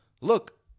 Look